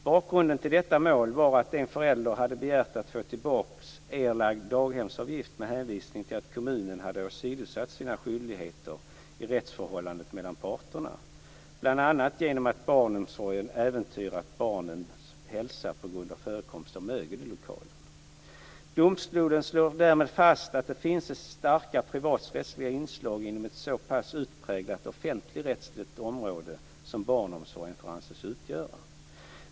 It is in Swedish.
Bakgrunden till detta mål var att en förälder hade begärt att få tillbaka erlagd daghemsavgift med hänvisning till att kommunen hade åsidosatt sina skyldigheter i rättsförhållandet mellan parterna, bl.a. genom att barnomsorgen äventyrat barnens hälsa på grund av förekomst av mögel i lokalen. Domstolen slår därmed fast att det finns starka privaträttsliga inslag inom ett så pass utpräglat offentligrättsligt område som barnomsorgen får anses utgöra.